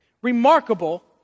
Remarkable